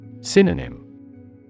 Synonym